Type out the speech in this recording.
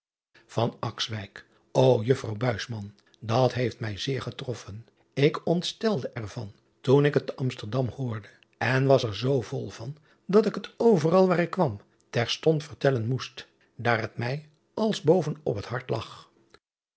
o uffrouw dat heeft mij zeer getroffen k ontstelde er van toen ik het te msterdam hoorde en was er zoo vol van dat ik het overal waar ik kwam terstond vertellen moest daar het mij als boven op het hart lag